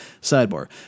Sidebar